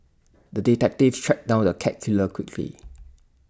the detective tracked down the cat killer quickly